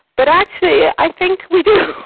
but actually yeah i think we do.